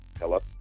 Hello